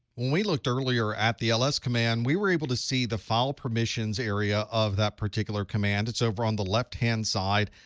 when we looked earlier at the ls command, we were able to see the file permissions area of that particular command. it's over on the left-hand side.